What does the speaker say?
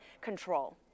control